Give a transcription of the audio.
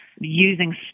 using